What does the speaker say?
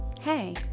hey